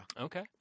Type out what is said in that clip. Okay